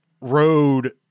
road